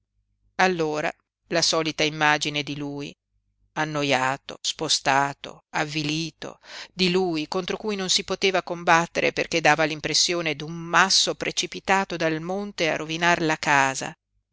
allora la solita immagine di lui annoiato spostato avvilito di lui contro cui non si poteva combattere perché dava l'impressione d'un masso precipitato dal monte a rovinar la casa